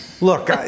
Look